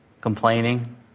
complaining